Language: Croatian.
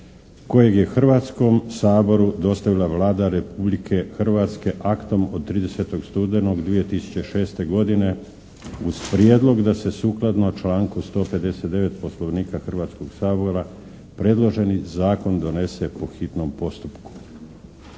kojeg je Hrvatskom saboru dostavila Vlada Republike Hrvatske aktom od 30. studenog 2006. godine, uz prijedlog da se sukladno članku 159. Poslovnika Hrvatskog sabora predloženi Zakon donese po hitnom postupku.